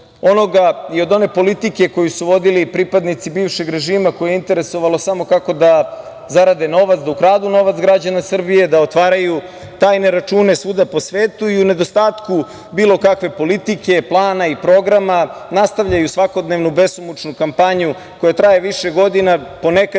i od one politike koju su vodili pripadnici bivšeg režima koje je interesovalo samo kako da zarade novac, da ukradu novac građana Srbije, da otvaraju tajne račune svuda u svetu i u nedostatku bilo kakve politike, plana i programa, nastavljaju svakodnevnu besomučnu kampanju koja traje više godina, ponekad